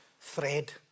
thread